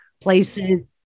places